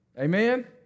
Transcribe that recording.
Amen